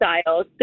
Styles